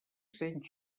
cents